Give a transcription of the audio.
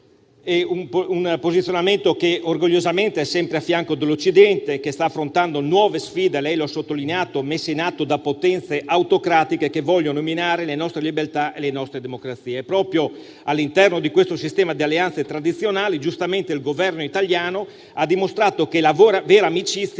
geopolitico, che è orgogliosamente sempre al fianco dell'Occidente e sta affrontando nuove sfide - lei lo ha sottolineato - messe in atto da potenze autocratiche che vogliono minare le nostre libertà e le nostre democrazie. Proprio all'interno di questo sistema di alleanze tradizionali, giustamente il Governo italiano ha dimostrato che la vera amicizia